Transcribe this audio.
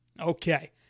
Okay